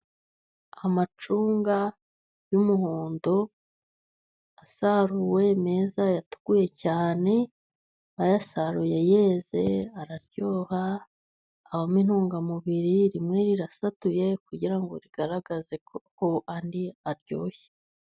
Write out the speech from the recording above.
Amacunga y'umuhondo asaruwe neza yatukuye cyane, bayasaruye yeze araryoha, abamo intungamubiriri. Rimwe rirasatuye kugira ngo rigaragazeko andi aryoshye.